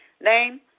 Name